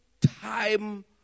time